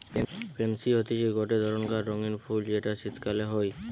pansy হতিছে গটে ধরণকার রঙ্গীন ফুল যেটা শীতকালে হই